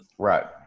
Right